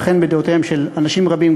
וכן בדעותיהם של אנשים רבים,